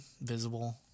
visible